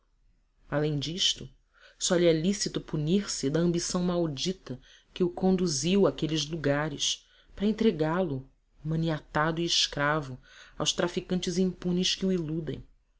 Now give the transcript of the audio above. além disto só lhe é lícito punir se da ambição maldita que o conduziu àqueles lugares para entregá-lo maniatado e escravo aos traficantes impunes que o iludem